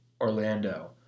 Orlando